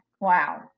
wow